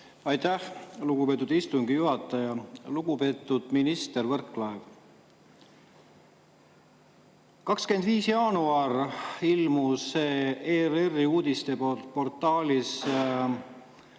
Aitäh, lugupeetud istungi juhataja! Lugupeetud minister Võrklaev! 25. jaanuaril ilmus ERR-i uudisteportaalis